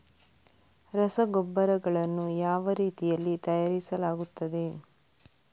ರಸಗೊಬ್ಬರಗಳನ್ನು ಯಾವ ರೀತಿಯಲ್ಲಿ ತಯಾರಿಸಲಾಗುತ್ತದೆ?